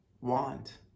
want